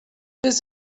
this